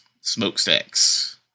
smokestacks